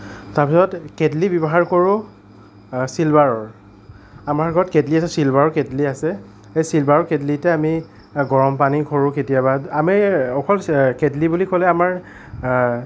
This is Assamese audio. তাৰপিছত কেটলি ব্যৱহাৰ কৰোঁ চিলভাৰৰ আমাৰ ঘৰত কেটলি আছে চিলভাৰৰ কেটলি আছে সেই চিলভাৰৰ কেটলিতে আমি গৰমপানী কৰোঁ কেতিয়াবা আমি অকল কেটলি বুলি ক'লে আমাৰ